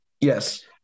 Yes